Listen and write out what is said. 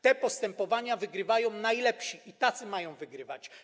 Te postępowania wygrywają najlepsi i tacy mają wygrywać.